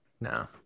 No